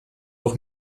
doch